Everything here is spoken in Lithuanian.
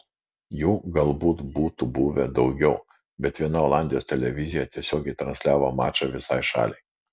jų galbūt būtų buvę daugiau bet viena olandijos televizija tiesiogiai transliavo mačą visai šaliai